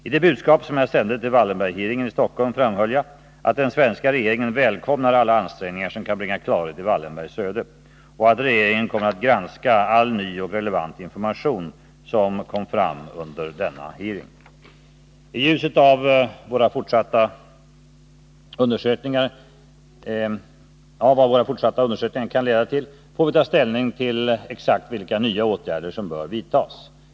I det budskap jag sände till Wallenberghearingen i Stockholm framhöll jag att den svenska regeringen välkomnar alla ansträngningar som kan bringa klarhet i Wallenbergs öde och att regeringen avser att granska all ny och relevant information som kommer fram under denna hearing. IT ljuset av vad våra fortsatta undersökningar kan leda till får vi ta ställning till exakt vilka nya åtgärder som bör vidtagas.